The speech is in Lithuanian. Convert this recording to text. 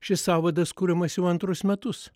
šis sąvadas kuriamas jau antrus metus